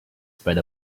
spread